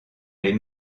les